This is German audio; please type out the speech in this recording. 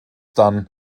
dann